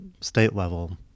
state-level